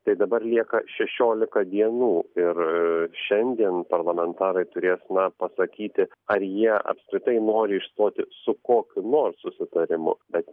tai dabar lieka šešiolika dienų ir šiandien parlamentarai turės na pasakyti ar jie apskritai nori išstoti su kokiu nors susitarimu bet